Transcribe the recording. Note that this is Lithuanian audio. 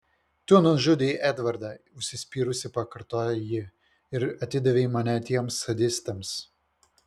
tu nužudei edvardą užsispyrusi pakartoja ji ir atidavei mane tiems sadistams